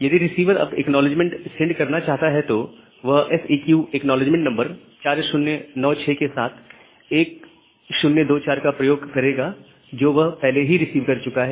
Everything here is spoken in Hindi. यदि रिसीवर अब एक्नॉलेजमेंट सेंड करना चाहता है तो वह SEQ एक्नॉलेजमेंट नंबर 4096 के साथ 1024 का प्रयोग करेगा जो वह पहले ही रिसीव कर चुका है